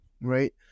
right